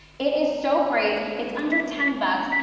it is so great. it's under ten bucks.